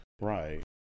Right